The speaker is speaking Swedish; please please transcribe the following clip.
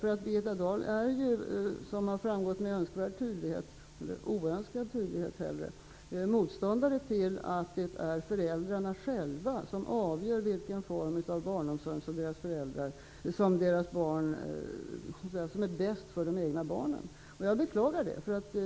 Birgitta Dahl är, som framgått med önskvärd tydlighet -- eller med oönskad tydlighet, skulle jag hellre säga -- motståndare till att föräldrarna själva skall avgöra vilken form av barnomsorg som är bäst för de egna barnen. Jag beklagar det.